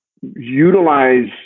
utilize